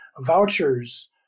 vouchers